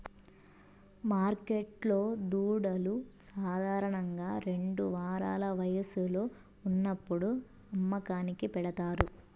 మార్కెట్లో దూడలు సాధారణంగా రెండు వారాల వయస్సులో ఉన్నప్పుడు అమ్మకానికి పెడతారు